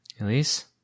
Elise